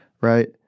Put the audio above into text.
right